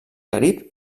carib